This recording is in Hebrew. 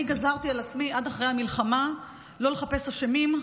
אני גזרתי על עצמי עד אחרי המלחמה לא לחפש אשמים,